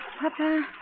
Papa